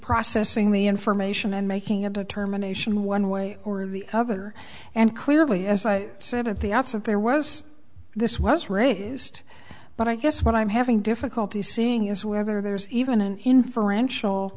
processing the information and making a determination one way or the other and clearly as i said at the outset there was this was raised but i guess what i'm having difficulty seeing is whether there's even an inferential